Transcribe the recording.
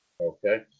Okay